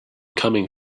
coming